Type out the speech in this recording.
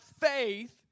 faith